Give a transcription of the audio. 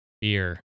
beer